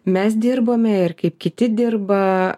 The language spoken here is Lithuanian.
mes dirbome ir kaip kiti dirba